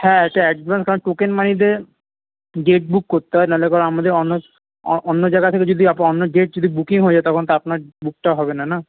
হ্যাঁ একটা অ্যাডভান্স কারণ টোকেন মানি দিয়ে ডেট বুক করতে হয় না হলে পরে আমাদের অন্য অন্য জায়গা থেকে যদি অ্যাপো অন্য ডেট যদি বুকিং হয়ে যায় তখন তো আপনার বুকটা হবে না না